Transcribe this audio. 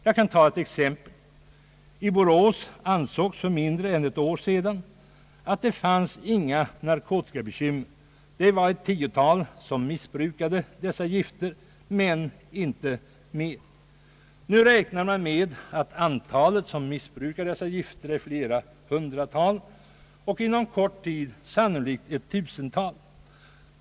Jag kan ta ett exempel. I Borås ansågs för mindre än ett år sedan att det inte fanns några narkotikabekymmer i staden. Ett tiotal personer missbrukade dessa gifter men inte flera. Nu räknar man med att antalet missbrukare är flera hundra och inom kort tid sannolikt ett tusental.